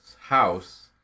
house